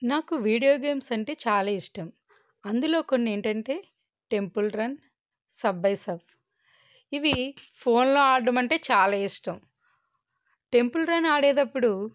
నాకు video games అంటే చాలా ఇష్టం అందులో కొన్ని ఏంటంటే టెంపుల్ రన్ సబ్వే సర్ఫ్ర్స్ ఇవి ఫోన్లో ఆడడం అంటే చాలా ఇష్టం టెంపుల్ రన్ ఆడేటప్పుడు